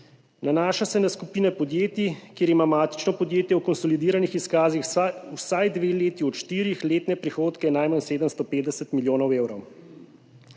Nanaša se na skupine podjetij, kjer ima matično podjetje v konsolidiranih izkazih vsaj dve leti od štirih letne prihodke najmanj 750 milijonov evrov.